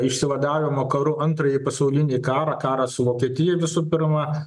išsivadavimo karu antrąjį pasaulinį karą karą su vokietija visų pirma